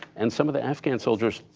and some of the afghan soldiers,